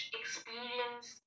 experience